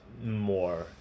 more